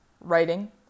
writing